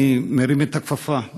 אני מרים את הכפפה,